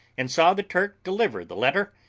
and saw the turk deliver the letter,